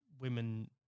women